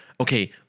Okay